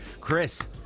Chris